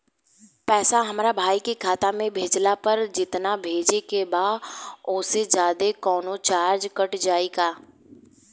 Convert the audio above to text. पैसा हमरा भाई के खाता मे भेजला पर जेतना भेजे के बा औसे जादे कौनोचार्ज कट जाई का?